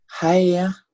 Hiya